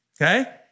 Okay